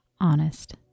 honest